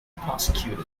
prosecuted